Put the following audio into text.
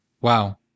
Wow